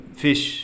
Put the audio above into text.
fish